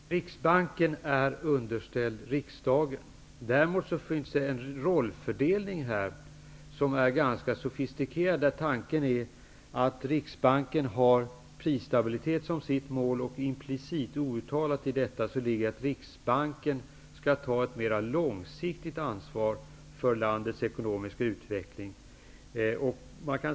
Herr talman! Riksbanken är underställd riksdagen. Däremot finns det en rollfördelning här som är ganska sofistikerad, där tanken är att Riksbanken har prisstabilitet som sitt mål. Implicit, outtalat, i detta ligger att Riksbanken skall ta ett mera långsiktigt ansvar för landets ekonomiska utveckling.